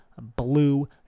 blue